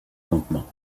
campement